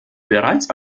bereits